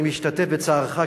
אני משתתף בצערך,